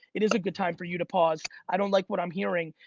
it is a good time for you to pause. i don't like what i'm hearing.